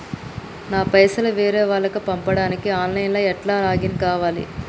నా పైసల్ వేరే వాళ్లకి పంపడానికి ఆన్ లైన్ లా ఎట్ల లాగిన్ కావాలి?